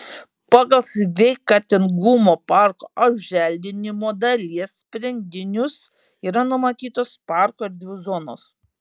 pagal sveikatingumo parko apželdinimo dalies sprendinius yra numatytos parko erdvių zonos